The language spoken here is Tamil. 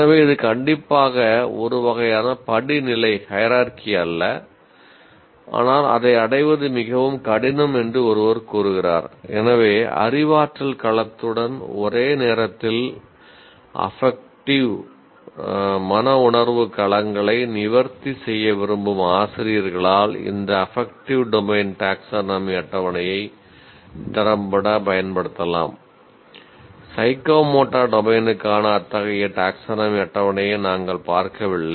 எனவே இது கண்டிப்பாக ஒரு வகையான படிநிலை டொமைனுக்கான அத்தகைய டாக்சோனாமி அட்டவணையை நாங்கள் பார்க்கவில்லை